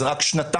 זה רק שנתיים.